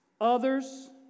Others